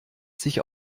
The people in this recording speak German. sich